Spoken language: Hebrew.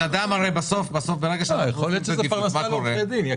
הרי ברגע שאנחנו קובעים את ברירת המחדל, מה קורה?